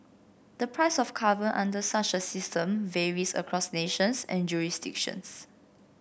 the price of carbon under such a system varies across nations and jurisdictions